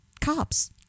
Cops